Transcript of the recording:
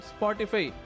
Spotify